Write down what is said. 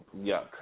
yuck